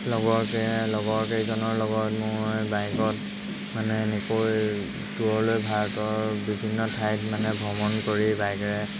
লগৰকে লগৰ কেইজনৰ লগত মই বাইকত মানে এনেকৈ দূৰলৈ ভাৰতৰ বিভিন্ন ঠাইত মানে ভ্ৰমণ কৰি বাইকেৰে